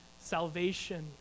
salvation